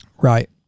Right